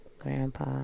Grandpa